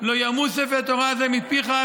"לא ימוש ספר התורה הזה מפיך,